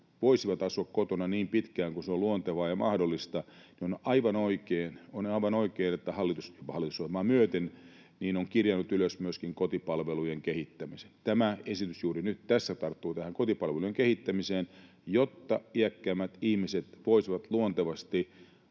voisivat asua kotona niin pitkään kuin se on luontevaa ja mahdollista, niin on aivan oikein, että hallitus hallitusohjelmaa myöten on kirjannut ylös myöskin kotipalvelujen kehittämisen. Tämä esitys juuri nyt tässä tarttuu tähän kotipalvelujen kehittämiseen, jotta iäkkäimmät ihmiset voisivat luontevasti